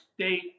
state